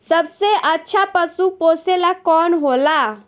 सबसे अच्छा पशु पोसेला कौन होला?